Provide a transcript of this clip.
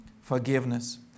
forgiveness